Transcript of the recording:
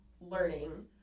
learning